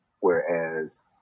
Whereas